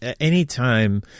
anytime